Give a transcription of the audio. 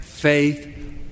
faith